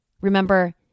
Remember